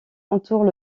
entourent